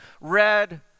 Red